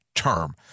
term